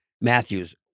Matthews